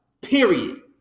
period